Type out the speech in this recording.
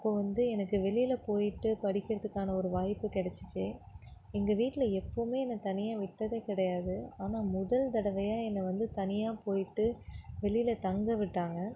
அப்போது வந்து எனக்கு வெளியில் போயிட்டு படிக்கிறதுக்கான ஒரு வாய்ப்பு கிடைச்சிச்சு எங்கள் வீட்டில் எப்போவுமே என்னை தனியாக விட்டதே கிடையாது ஆனால் முதல் தடவையாக என்னை வந்து தனியாக போயிட்டு வெளியில் தங்க விட்டாங்க